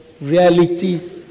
reality